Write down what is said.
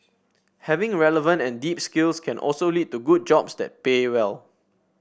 having relevant and deep skills can also lead to good jobs that pay well